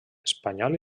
espanyol